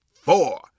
four